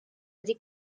wedi